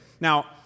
Now